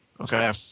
Okay